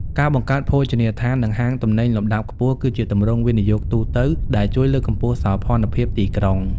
ការបង្កើតភោជនីយដ្ឋាន និងហាងទំនិញលំដាប់ខ្ពស់ គឺជាទម្រង់វិនិយោគទូទៅដែលជួយលើកកម្ពស់សោភ័ណភាពទីក្រុង។